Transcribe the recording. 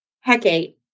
Hecate